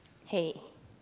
hay